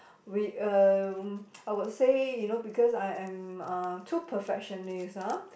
we um I would say you know because I am uh too perfectionist ah